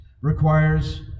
requires